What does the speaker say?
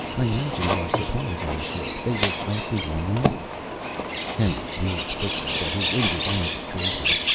i imagine there are supplies on the ship. they will last me long enough hendricks moved quickly. but his injured arm betrayed him.